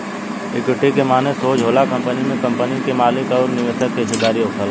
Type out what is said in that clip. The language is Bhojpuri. इक्विटी के माने सोज होला कंपनी में कंपनी के मालिक अउर निवेशक के हिस्सेदारी होखल